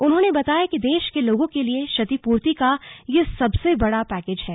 उन्होंने बताया देश के लोगों के लिए क्षतिपूर्ति का यह सबसे बड़ा पैकेज है